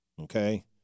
Okay